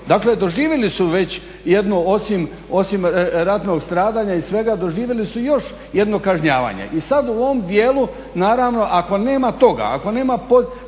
Dakle, doživili su već jednu, osim ratnog stradanja i svega, doživili su još jedno kažnjavanje. I sad u ovom dijelu, naravno ako nema toga, ako nema poticanja